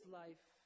life